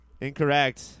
Incorrect